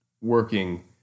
working